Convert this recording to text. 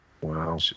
Wow